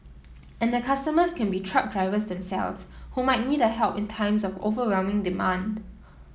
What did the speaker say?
and the customers can be truck drivers themselves who might need a help in times of overwhelming demand